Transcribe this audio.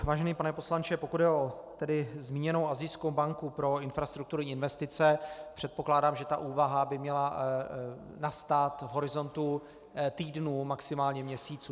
Vážený pane poslanče, pokud jde o zmíněnou Asijskou banku pro infrastrukturní investice, předpokládám, že ta úvaha by měla nastat v horizontu týdnů, maximálně měsíců.